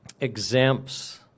exempts